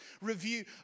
review